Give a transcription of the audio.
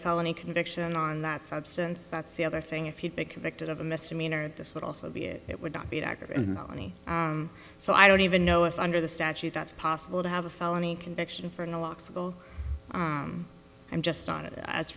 felony conviction on that substance that's the other thing if he'd be convicted of a misdemeanor this would also be it would not be any so i don't even know if under the statute that's possible to have a felony conviction for i'm just on it as